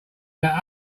that